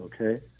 okay